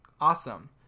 awesome